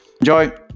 Enjoy